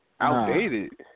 Outdated